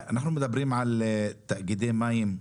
על תאגידי מים,